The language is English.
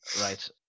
right